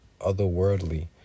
otherworldly